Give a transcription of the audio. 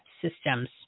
systems